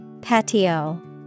Patio